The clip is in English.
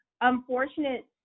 unfortunate